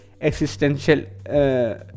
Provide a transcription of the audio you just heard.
existential